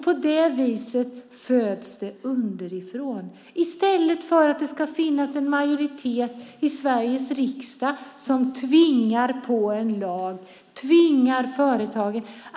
På det viset föds det hela underifrån i stället för att det ska finnas en majoritet i Sveriges riksdag som tvingar på en lag på företagen.